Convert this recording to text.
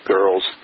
Girls